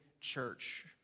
church